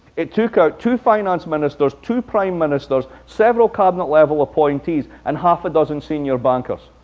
it took out two finance ministers, two prime ministers, several cabinet-level appointees, and half a dozen senior bankers.